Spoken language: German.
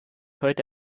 heute